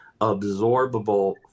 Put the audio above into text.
absorbable